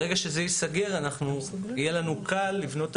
ברגע שזה ייסגר יהיה לנו קל לבנות את